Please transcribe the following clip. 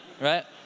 right